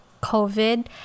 covid